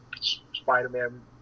Spider-Man